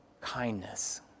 kindness